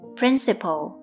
principle